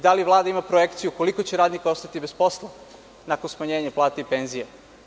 Da li Vlada ima projekciju koliko će radnika ostati bez posla nakon smanjenja plata i penzija?